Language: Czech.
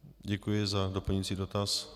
Děkuji za doplňující dotaz.